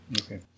Okay